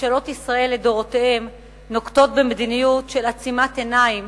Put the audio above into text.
ממשלות ישראל לדורותיהן נוקטות מדיניות של עצימת עיניים